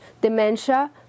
dementia